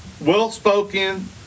well-spoken